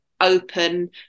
open